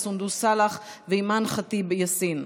סונדוס סאלח ואימאן ח'טיב יאסין.